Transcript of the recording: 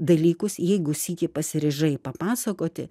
dalykus jeigu sykį pasiryžai papasakoti